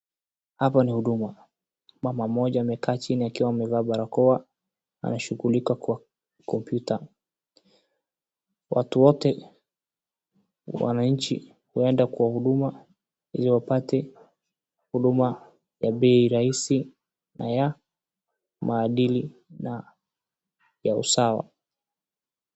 Hapa ni huduma mama mmoja amekaa chini akivaa barakoa anashughulika kwa kompyuta. Watu wote wananchi huenda kwa huduma ili wapate huduma ya bei rahisi na ya maadili na ya usawa.